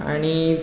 आनी